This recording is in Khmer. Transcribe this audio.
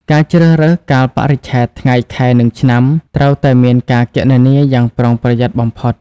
ការជ្រើសរើសកាលបរិច្ឆេទ ថ្ងៃ ខែ និងឆ្នាំត្រូវតែមានការគណនាយ៉ាងប្រុងប្រយ័ត្នបំផុត។